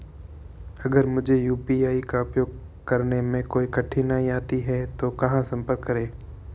अगर मुझे यू.पी.आई का उपयोग करने में कोई कठिनाई आती है तो कहां संपर्क करें?